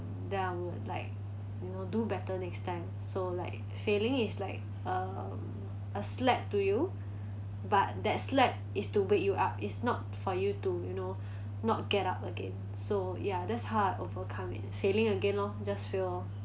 then I would like you know do better next time so like failing is like um a slap to you but that slap is to wake you up is not for you to you know not get up again so ya that's how to overcome it failing again lor just fail lor